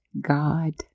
God